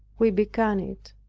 we began it.